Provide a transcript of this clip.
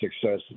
success